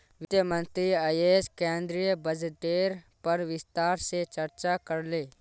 वित्त मंत्री अयेज केंद्रीय बजटेर पर विस्तार से चर्चा करले